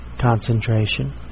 concentration